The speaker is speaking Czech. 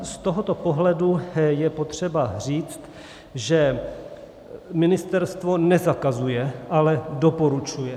Z tohoto pohledu je potřeba říct, že ministerstvo nezakazuje, ale doporučuje.